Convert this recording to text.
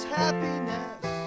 happiness